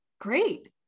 great